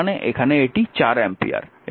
তার মানে এখানে এটি 4 অ্যাম্পিয়ার